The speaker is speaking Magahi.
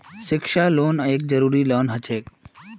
शिक्षा लोन एक जरूरी लोन हछेक